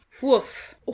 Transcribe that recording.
woof